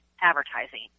advertising